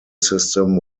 system